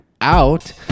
out